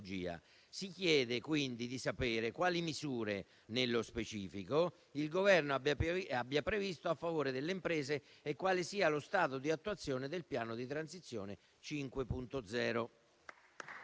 Si chiede, quindi, di sapere quali misure nello specifico il Governo abbia previsto a favore delle imprese e quale sia lo stato di attuazione del piano di Transizione 5.0.